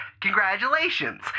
Congratulations